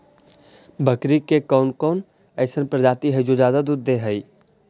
बकरी के कौन अइसन प्रजाति हई जो ज्यादा दूध दे हई?